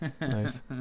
Nice